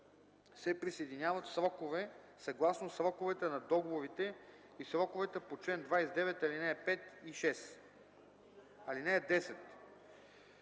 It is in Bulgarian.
се присъединяват в срокове съгласно сроковете на договорите и сроковете по чл. 29, алинеи 5 и 6. (10)